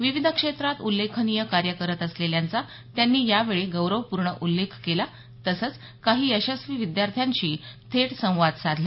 विविध क्षेत्रात उल्लेखनीय कार्य करत असलेल्यांचा त्यांनी यावेळी गौरवपूर्ण उल्लेख केला तसंच काही यशस्वी विद्यार्थ्यांशी थेट संवाद साधला